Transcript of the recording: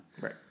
Right